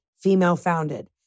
female-founded